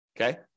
okay